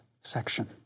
section